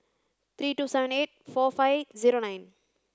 three two seven eight four five zero nine